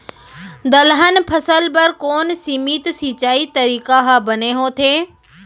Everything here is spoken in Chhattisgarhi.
दलहन फसल बर कोन सीमित सिंचाई तरीका ह बने होथे?